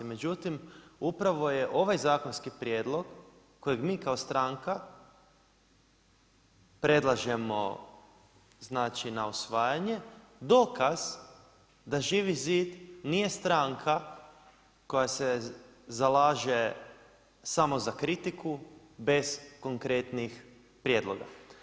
Međutim, upravo je ovaj zakonski prijedlog kojeg mi kao stranka predlažemo, znači na usvajanje dokaz da Živi zid nije stranka koja se zalaže samo za kritiku bez konkretnih prijedloga.